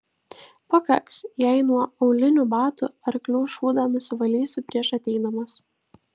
pakaks jei nuo aulinių batų arklių šūdą nusivalysi prieš ateidamas